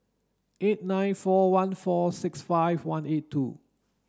eight nine four one four six five one eight two